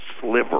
sliver